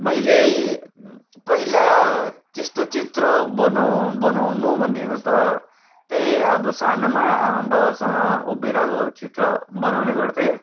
मैले पहिला त्यस्तो चित्र बनाउ बनाउनु भनेको त त्यही अब सानोमा आमाबाबासँग उभिरहेको चित्र बनाउने गर्थेँ